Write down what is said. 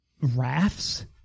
rafts